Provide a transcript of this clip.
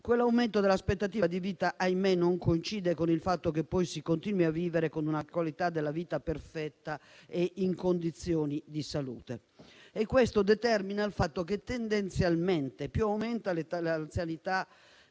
l'aumento dell'aspettativa di vita, che - ahimè - non coincide con il fatto che poi si continui a vivere con una qualità della vita perfetta e in condizioni di salute. Ciò determina il fatto che tendenzialmente più aumenta l'età